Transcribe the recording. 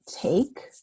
Take